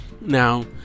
Now